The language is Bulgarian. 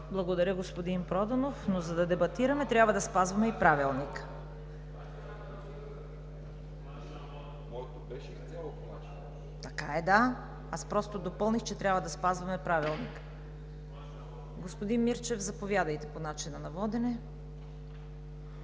Благодаря, господин Проданов, но за да дебатираме, трябва да спазваме и Правилника. (Шум и реплики от „БСП за България“.) Така е, да. Аз просто допълних, че трябва да спазваме Правилника. Господин Мирчев, заповядайте – по начина на водене.